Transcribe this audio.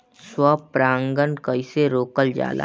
स्व परागण कइसे रोकल जाला?